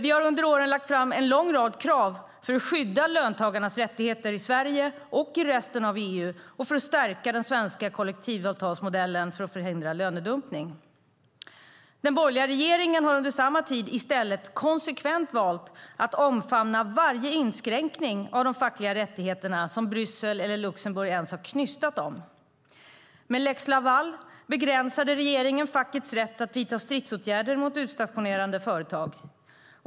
Vi har under åren lagt fram en lång rad krav för att skydda löntagarnas rättigheter i Sverige och resten av EU och för att stärka den svenska kollektivavtalsmodellen i syfte att förhindra lönedumpning. Den borgerliga regeringen har under samma tid i stället konsekvent valt att omfamna varje inskränkning av fackliga rättigheter som Bryssel och Luxemburg ens knystat om. Med lex Laval begränsade regeringen fackets rätt att vidta stridsåtgärder mot utstationerande företag.